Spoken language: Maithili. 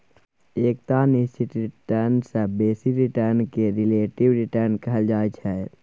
एकटा निश्चित रिटर्न सँ बेसी रिटर्न केँ रिलेटिब रिटर्न कहल जाइ छै